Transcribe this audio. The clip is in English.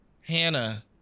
Hannah